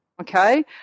Okay